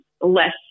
less